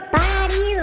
body